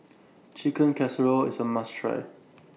Chicken Casserole IS A must Try